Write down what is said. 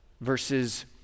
verses